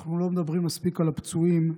אנחנו לא מדברים מספיק על הפצועים,